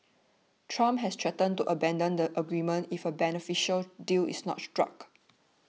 trump has threatened to abandon the agreement if a beneficial deal is not struck